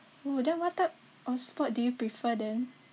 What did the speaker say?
oo then what type of sport do you prefer then